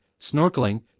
snorkeling